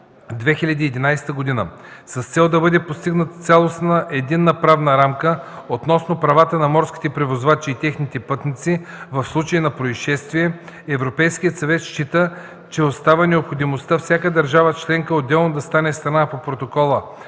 С цел да бъде постигната цялостна единна правна рамка относно правата на морските превозвачи и техните пътници в случай на произшествие, Европейският съвет счита, че остава необходимостта всяка държава членка отделно да стане страна по протокола